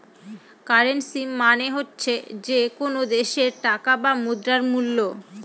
currency মানে হচ্ছে যে কোনো দেশের টাকা বা মুদ্রার মুল্য